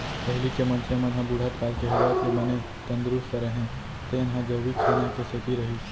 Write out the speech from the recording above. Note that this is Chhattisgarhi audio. पहिली के मनसे मन ह बुढ़त काल के होवत ले बने तंदरूस्त रहें तेन ह जैविक खाना के सेती रहिस